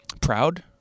proud